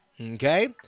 okay